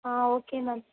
ah okay ma'am